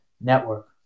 network